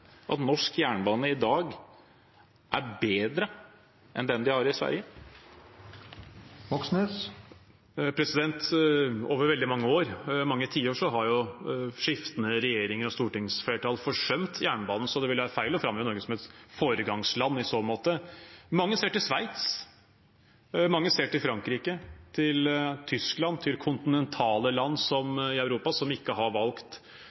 at norsk jernbane i dag er bedre enn den de har i Sverige? Over veldig mange år, mange tiår, har skiftende regjeringer og stortingsflertall forsømt jernbanen, så det ville være feil å framheve Norge som et foregangsland i så måte. Mange ser til Sveits, mange ser til Frankrike, til Tyskland, til kontinentale land i Europa som ikke har valgt